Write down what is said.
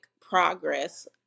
progress